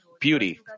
beauty